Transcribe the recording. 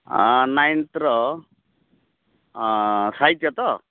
ହଁ ନାଇନ୍ଥ୍ର ସାହିତ୍ୟ ତ